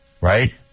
right